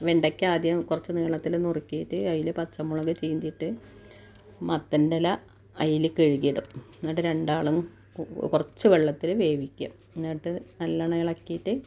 വെണ്ടക്ക ആദ്യം കുറച്ച് നീളത്തിൽ നുറുക്കീട്ട് അതിൽ പച്ചമുളക് ചീന്തി ഇട്ട് മത്തൻ്റെല അതിൽ കഴുകീടും എന്നിട്ട് രണ്ടാളും കുറച്ച് വെള്ളത്തിൽ വേവിക്കുക എന്നിട്ട് നല്ലവണ്ണം ഇളക്കീട്ട്